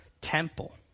temple